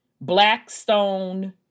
Blackstone